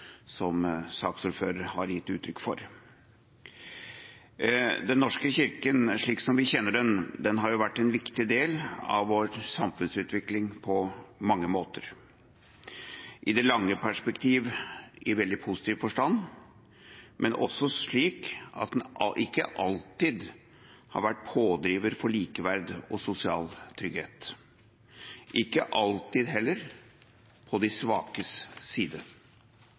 som saksordføreren har gitt uttrykk for. Den norske kirke, slik som vi kjenner den, har vært en viktig del av vår samfunnsutvikling på mange måter. I det lange perspektiv har det vært i veldig positiv forstand, men det er også slik at den ikke alltid har vært pådriver for likeverd og sosial trygghet og heller ikke alltid på de svakes side.